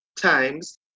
times